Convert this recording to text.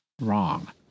wrong